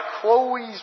Chloe's